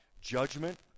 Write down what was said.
judgment